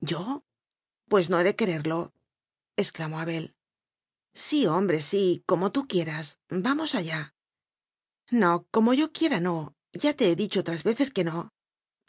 yo pues no he de quererlo excla mó abel sí hombre sí como tú quieras vamos allá no como yo quiera no ya te he dicho otras veces que no